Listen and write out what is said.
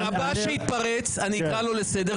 הבא שיתפרץ אני אקרא לו לסדר.